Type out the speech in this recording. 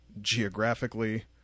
geographically